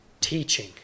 teaching